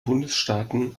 bundesstaaten